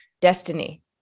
destiny